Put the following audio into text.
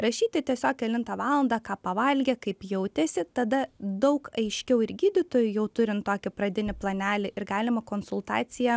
rašyti tiesiog kelintą valandą ką pavalgę kaip jautėsi tada daug aiškiau ir gydytojui jau turint tokį pradinį planelį ir galima konsultaciją